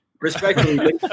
respectfully